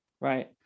Right